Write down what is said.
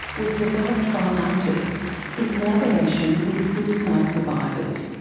was developed by artists in collaboration with suicide survivors,